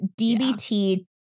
DBT